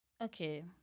Okay